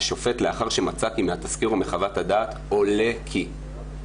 שהשופט מצא "כי מהתסקיר או מחוות הדעת עולה כי",